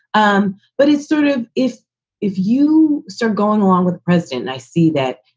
um but he's sort of if if you start going along with president, i see that,